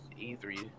E3